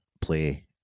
play